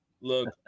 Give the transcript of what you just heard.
look